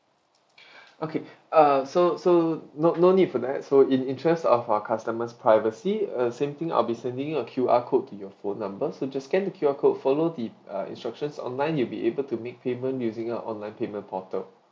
okay uh so so no no need for that so in interest of our customers' privacy uh same thing I'll be sending you a Q_R code to your phone number so just scan the Q_R code follow the uh instructions online you'll be able to make payment using our online payment portal